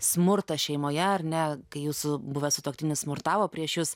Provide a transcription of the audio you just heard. smurtą šeimoje ar ne kai jūsų buvęs sutuoktinis smurtavo prieš jus